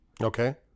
Okay